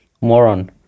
moron